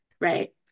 Right